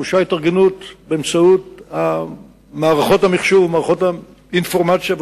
דרושה התארגנות באמצעות מערכות המחשוב ומערכות האינפורמציה,